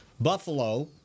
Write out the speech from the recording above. Buffalo